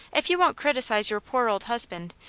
if you won't criticize your poor old husband,